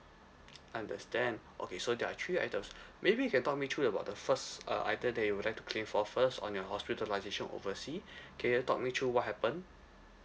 understand okay so there are three items maybe you can talk me through about the first uh item that you would like to claim for first on your hospitalisation oversea can you talk me through what happen